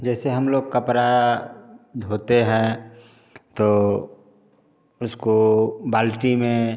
जैसे हम लोग कपड़ा धोते हैं तो उसको बाल्टी में